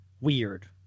weird